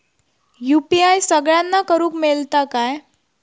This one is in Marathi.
यू.पी.आय सगळ्यांना करुक मेलता काय?